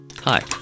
Hi